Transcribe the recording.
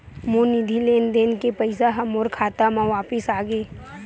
मोर निधि लेन देन के पैसा हा मोर खाता मा वापिस आ गे